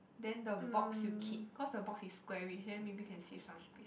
then the box you keep cause the box is squarish then maybe you can save some space